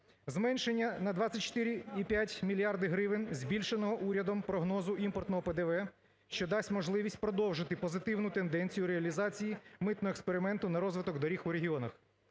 зменшення на 24,5 мільярда гривень збільшеного урядом прогнозу імпортного ПДВ, що дасть можливість продовжити позитивну тенденцію реалізації митного експерименту на розвиток доріг у регіонах.